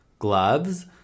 Gloves